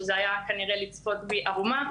שזה היה כנראה לצפות בי ערומה